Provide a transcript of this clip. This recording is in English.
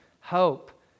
Hope